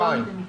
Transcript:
תיקנתי?